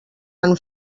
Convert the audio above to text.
han